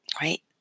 right